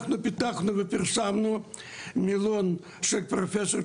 אנחנו פיתחנו ופרסמנו מילון של פרופסור